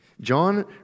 John